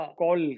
call